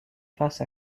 face